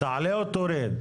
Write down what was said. להשוות, להעלות או להוריד?